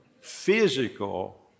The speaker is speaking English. physical